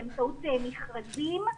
באמצעות מכרזים.